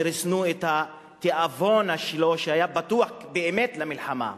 שריסנו את התיאבון שלו שהיה פתוח באמת למלחמה.